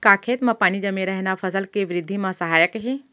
का खेत म पानी जमे रहना फसल के वृद्धि म सहायक हे?